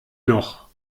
noch